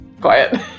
quiet